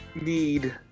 need